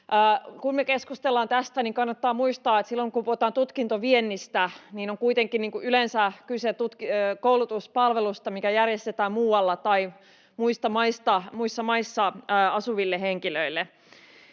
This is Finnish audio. Kun me keskustellaan tästä, niin kannattaa muistaa, että silloin kun puhutaan tutkintoviennistä, on kuitenkin yleensä kyse koulutuspalvelusta, mikä järjestetään muualla tai muissa maissa asuville henkilöille.